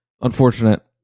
unfortunate